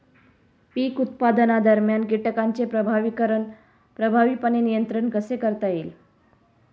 पीक उत्पादनादरम्यान कीटकांचे प्रभावीपणे नियंत्रण कसे करता येईल?